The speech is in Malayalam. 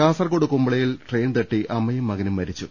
കാസർകോട് കുമ്പളയിൽ ട്രെയിൻ തട്ടി അമ്മയും മകനും മരിച്ചു